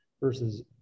versus